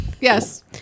Yes